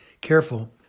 careful